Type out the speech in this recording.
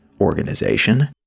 Organization